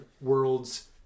worlds